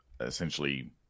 essentially